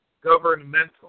governmental